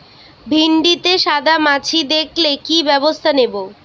ভিন্ডিতে সাদা মাছি দেখালে কি ব্যবস্থা নেবো?